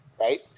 Right